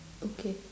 okay